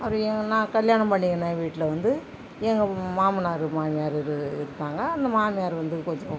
அவரு ஏ நான் கல்யாணம் பண்ணிகின வீட்டில் வந்து எங்கள் மாமனார் மாமியார் இருக்காங்க அந்த மாமியார் வந்து கொஞ்சம்